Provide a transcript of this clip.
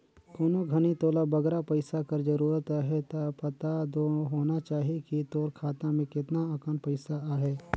कोनो घनी तोला बगरा पइसा कर जरूरत अहे ता पता दो होना चाही कि तोर खाता में केतना अकन पइसा अहे